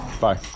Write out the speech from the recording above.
Bye